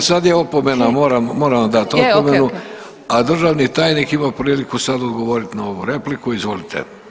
E sad je opomena, moram vam dat opomenu, a državni tajnik ima priliku sad odgovoriti na ovu repliku, izvolite.